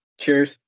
Cheers